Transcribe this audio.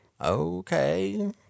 Okay